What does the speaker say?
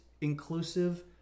inclusive